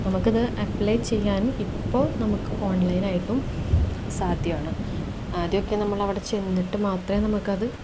നമുക്കിത് അപ്ലൈ ചെയ്യാന് ഇപ്പോള് നമുക്ക് ഓൺലൈനായിട്ടും സാധ്യമാണ് ആദ്യമൊക്കെ നമ്മളവിടെ ചെന്നിട്ട് മാത്രമേ നമുക്കത്